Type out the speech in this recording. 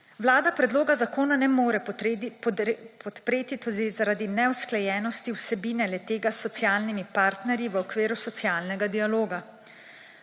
Vlada predloga zakona ne more podpreti tudi zaradi neusklajenosti vsebine le-tega s socialnimi partnerji v okviru socialnega dialoga.